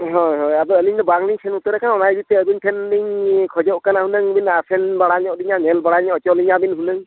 ᱦᱳᱭ ᱦᱳᱭ ᱟᱞᱤᱧ ᱫᱚ ᱵᱟᱝᱞᱤᱧ ᱥᱮᱱ ᱩᱛᱟᱹᱨ ᱠᱟᱱᱟ ᱚᱱᱟ ᱤᱫᱤᱛᱮ ᱟᱹᱵᱤᱱ ᱴᱷᱮᱱ ᱞᱤᱧ ᱠᱷᱚᱡᱚᱜ ᱠᱟᱱᱟ ᱦᱩᱱᱟᱹᱝ ᱞᱤᱧ ᱟᱥᱮᱱ ᱵᱟᱲᱟ ᱧᱚᱜ ᱞᱤᱧᱟ ᱧᱮᱞ ᱵᱟᱲᱟ ᱧᱚᱜ ᱦᱚᱪᱚ ᱞᱤᱧᱟ ᱵᱤᱱ ᱦᱩᱱᱟᱹᱝ